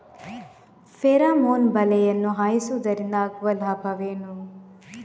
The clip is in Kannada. ಫೆರಮೋನ್ ಬಲೆಯನ್ನು ಹಾಯಿಸುವುದರಿಂದ ಆಗುವ ಲಾಭವೇನು?